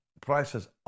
prices